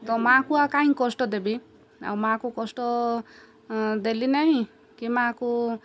ତ ମାଆକୁ ଆଉ କାହିଁକି କଷ୍ଟ ଦେବି ଆଉ ମାଆକୁ କଷ୍ଟ ଦେଲି ନାହିଁ କି ମା'କୁ